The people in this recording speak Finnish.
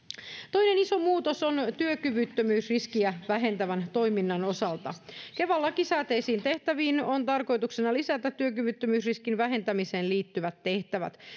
toinen iso muutos on työkyvyttömyysriskiä vähentävän toiminnan osalta kevan lakisääteisiin tehtäviin on tarkoituksena lisätä työkyvyttömyysriskin vähentämiseen liittyvät tehtävät